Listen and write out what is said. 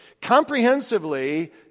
comprehensively